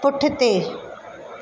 पुठिते